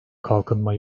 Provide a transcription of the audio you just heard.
kalkınma